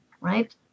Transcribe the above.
right